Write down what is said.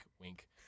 wink